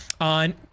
on